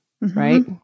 right